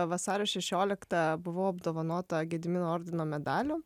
vasario šešioliktą buvau apdovanota gedimino ordino medaliu